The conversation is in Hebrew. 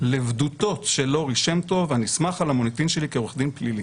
לבדותות של לורי שם טוב הנסמך על המוניטין שלי כעורך דין פלילי.